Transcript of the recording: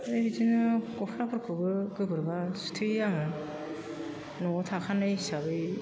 ओमफ्राय बिदिनो गस्लाफोरखौबो गोबोरबा सुथेयो आङो न'आव थाखानाय हिसाबै